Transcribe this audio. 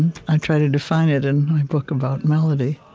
and i try to define it in my book about melody.